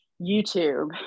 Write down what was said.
YouTube